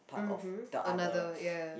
mmhmm another ya